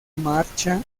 marcha